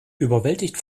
überwältigt